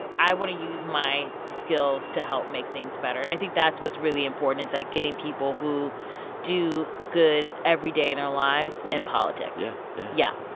i want to use my skills to help make things better. i think that's what's really important is that getting people who do good every day in their lives in politics yeah,